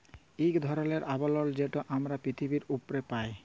ইক ধরলের আবরল যেট আমরা পিথিবীর উপ্রে পাই